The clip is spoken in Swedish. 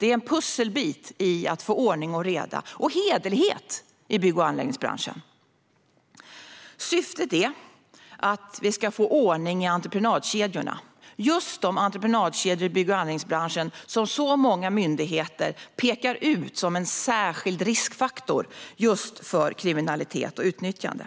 Det är en pusselbit i att få ordning, reda och hederlighet i bygg och anläggningsbranschen. Syftet är att vi ska få ordning i entreprenadkedjorna. Det är just de entreprenadkedjor i bygg och anläggningsbranschen som så många myndigheter pekar ut som en särskild riskfaktor för kriminalitet och utnyttjande.